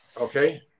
Okay